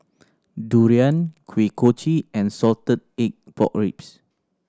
durian Kuih Kochi and salted egg pork ribs